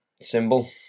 symbol